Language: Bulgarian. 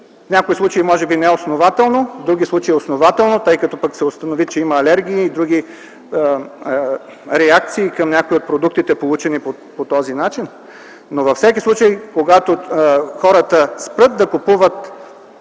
някои случаи може би неоснователно, в други случаи – основателно, тъй като пък се установи, че има алергии и други реакции към някои от продуктите, получени по този начин, но във всеки случай, когато хората спрат да купуват